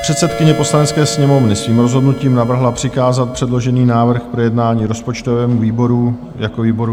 Předsedkyně Poslanecké sněmovny svým rozhodnutím navrhla přikázat předložený návrh k projednání rozpočtovému výboru jako výboru garančnímu.